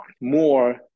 more